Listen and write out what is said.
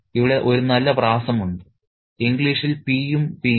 " ഇവിടെ ഒരു നല്ല പ്രാസമുണ്ട് ഇംഗ്ലീഷിൽ പി യും പി യും